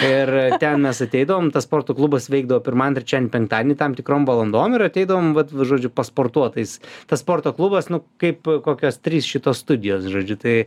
ir ten mes ateidavom tas sporto klubas veikdavo pirmandien trečiadien penktadienį tam tikrom valandom ir ateidavom vat žodžiu pasportuot tais tas sporto klubas nu kaip kokios trys šitos studijos žodžiu tai